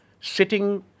sitting